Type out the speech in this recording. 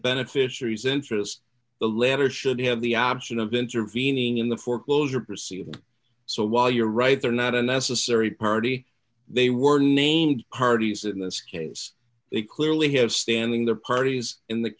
beneficiaries interest the lender should have the option of intervening in the foreclosure proceedings so while you're right they're not unnecessary party they were named hardy's in this case they clearly have standing their parties in the